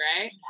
right